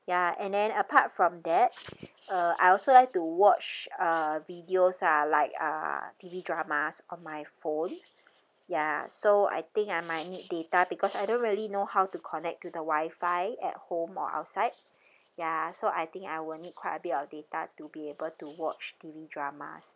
ya and then apart from that uh I also like to watch uh videos uh like uh T_V dramas on my phone ya so I think I might need data because I don't really know how to connect to the wifi at home or outside ya so I think I will need quite a bit of data to be able to watch T_V dramas